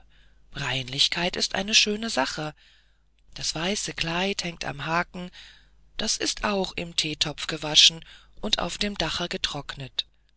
reinlichkeit ist eine schöne sache das weiße kleid hängt am haken das ist auch im theetopf gewaschen und auf dem dache getrocknet